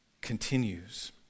continues